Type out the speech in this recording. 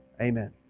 Amen